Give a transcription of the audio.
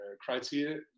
criteria